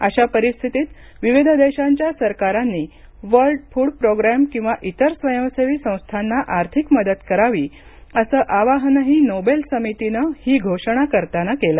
अशा परिस्थितीत विविध देशांच्या सरकारांनी वर्ल्ड फूड प्रोग्रॅम किंवा इतर स्वयंसेवी संस्थांना आर्थिक मदत करावी असं आवाहनही नोबेल समितीनं ही घोषणा करताना केलं